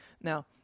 now